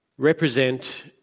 represent